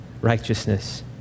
righteousness